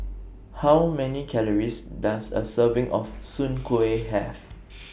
How Many Calories Does A Serving of Soon Kuih Have